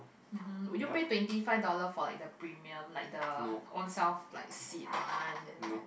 mmhmm would you pay twenty five dollars for like the premium like the own self like seat [one] then like